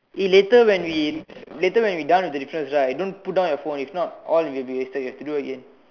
eh later when we later when we done with the difference don't put down your phone if not all will be wasted you have to do again